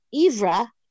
Ivra